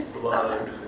Blood